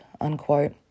unquote